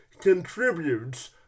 contributes